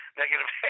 negative